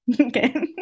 Okay